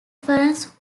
difference